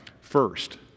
first